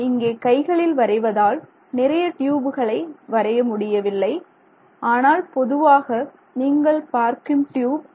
நான் இங்கே கைகளில் வரைவதால் நிறைய டியூப்களை வரைய முடியவில்லை ஆனால் பொதுவாக நீங்கள் பார்க்கும் டியூப்